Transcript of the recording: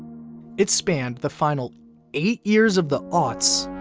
it spanned the final eight years of the aughts